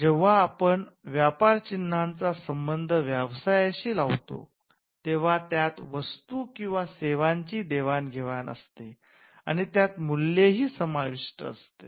जेव्हा आपण व्यापार चिन्हाचा संबंध व्यवसायाशी लावतो तेंव्हा त्यात वस्तू किंवा सेवांची देवाण घेवाण असते आणि त्यात मूल्य समाविष्ट असते